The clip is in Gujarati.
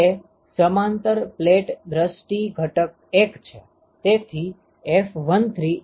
તે સમાંતર પ્લેટ દ્રષ્ટી ઘટક 1 છે